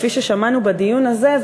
כפי ששמענו בדיון הזה,